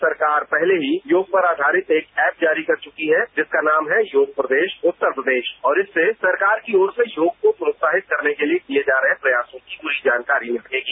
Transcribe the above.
राज्य सरकार पहले ही योग पर आधारित एक ऐप जारी कर चुकी है जिसका नाम है योग प्रदेश उत्तर प्रदेश और इससे सरकार की और से योग को प्रोत्साहित करने के लिए किए जा रहे प्रयासों की पूरी जानकारी मिलेगी